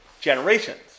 generations